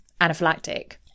anaphylactic